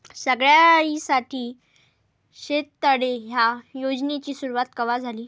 सगळ्याइसाठी शेततळे ह्या योजनेची सुरुवात कवा झाली?